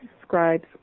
describes